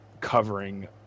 covering